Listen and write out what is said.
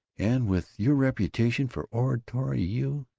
and with your reputation for oratory you